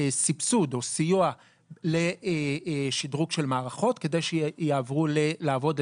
סבסוד או סיוע לשדרוג של מערכות כדי שיעברו לעבוד,